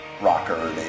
Rocker